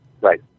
Right